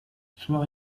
soir